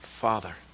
Father